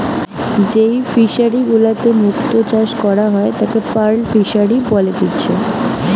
যেই ফিশারি গুলাতে মুক্ত চাষ করা হয় তাকে পার্ল ফিসারী বলেতিচ্ছে